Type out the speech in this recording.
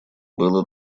было